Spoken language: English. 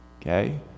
Okay